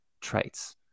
traits